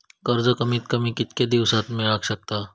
कर्ज कमीत कमी कितक्या दिवसात मेलक शकता?